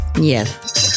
yes